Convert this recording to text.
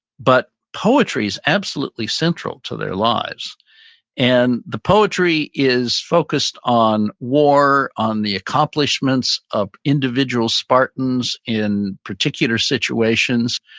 but poetry's absolutely central to their lives and the poetry is focused on war, on the accomplishments of individual spartans in particular situations.